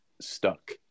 stuck